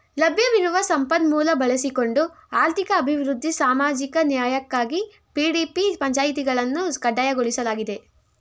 ಲಭ್ಯವಿರುವ ಸಂಪನ್ಮೂಲ ಬಳಸಿಕೊಂಡು ಆರ್ಥಿಕ ಅಭಿವೃದ್ಧಿ ಸಾಮಾಜಿಕ ನ್ಯಾಯಕ್ಕಾಗಿ ಪಿ.ಡಿ.ಪಿ ಪಂಚಾಯಿತಿಗಳನ್ನು ಕಡ್ಡಾಯಗೊಳಿಸಲಾಗಿದೆ